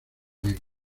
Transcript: negro